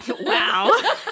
Wow